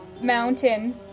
mountain